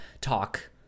talk